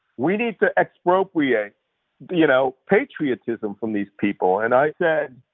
we need to expropriate you know patriotism from these people. and i said,